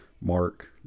Mark